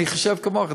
אני חושב כמוך.